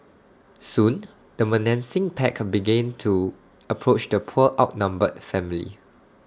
soon the menacing pack began to approach the poor outnumbered family